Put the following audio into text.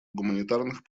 гуманитарных